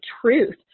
truth